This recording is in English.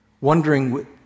wondering